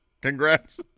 Congrats